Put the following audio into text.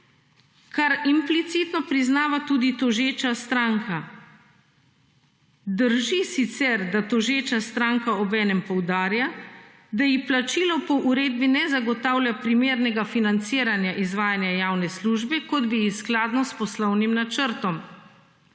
kar implicitno priznava tudi tožeča stranka. Drži sicer, da tožeča stranka obenem poudarja, da ji plačilo po uredbi ne zagotavlja primernega financiranja izvajanja javne službe kot bi ji skladno s poslovnim načrtom,